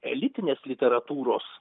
elitinės literatūros